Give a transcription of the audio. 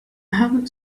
haven’t